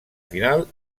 final